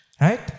Right